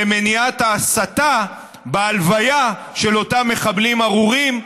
זה מניעת ההסתה בהלוויה של אותם מחבלים ארורים,